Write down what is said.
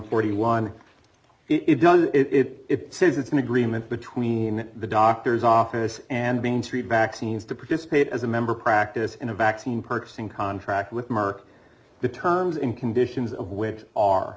forty one it does it says it's an agreement between the doctor's office and being treated vaccines to participate as a member practice in a vaccine purchasing contract with merck the terms and conditions of which are